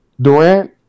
Durant